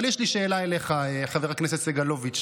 אבל יש לי שאלה אליך, חבר הכנסת סגלוביץ'.